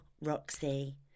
Roxy